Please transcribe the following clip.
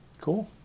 Cool